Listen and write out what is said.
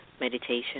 meditation